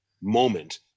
moment